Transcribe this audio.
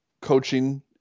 coaching